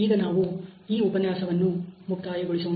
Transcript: ಈಗ ನಾವು ಈ ಉಪನ್ಯಾಸವನ್ನು ಮುಕ್ತಾಯಗೊಳಿಸೋಣ